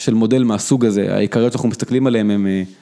‫של מודל מהסוג הזה. ‫העיקריות שאנחנו מסתכלים עליהן הן...